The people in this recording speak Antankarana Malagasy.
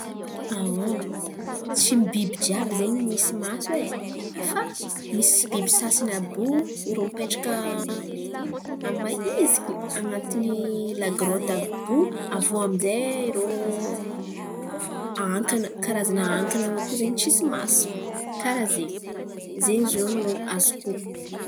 Tsy biby jiàby zen̈y misy maso. Fa misy biby sasan̈y àby io irô mipetraka amy ny maiziky an̈atin̈y lagrôty àby io. Avy eo amin'zay irô ankana karazan̈y ankana irô zen̈y tsisy maso. Zen̈y zio no azoko hon̈ono.